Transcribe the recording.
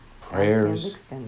Prayers